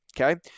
Okay